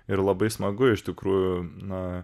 ir labai smagu iš tikrųjų na